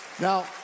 Now